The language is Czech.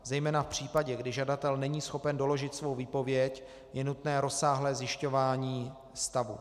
Zejména v případě, kdy žadatel není schopen doložit svou výpověď, je nutné rozsáhlé zjišťování stavu.